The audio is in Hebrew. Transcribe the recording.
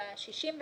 על ה-67,